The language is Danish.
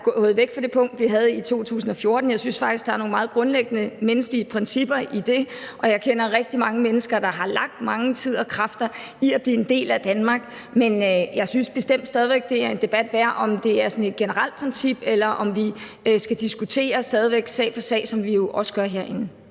gået væk fra det standpunkt, vi havde i 2014 – jeg synes faktisk, der er nogle meget grundlæggende menneskelige principper i det, og jeg kender rigtig mange mennesker, der har lagt meget tid og mange kræfter i at blive en del af Danmark – men jeg synes bestemt stadig væk, det er en debat værd, om det er et generelt princip, eller om vi stadig væk skal diskutere det sag for sag, som vi jo også gør herinde.